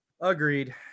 Agreed